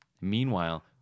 meanwhile